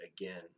again